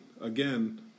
again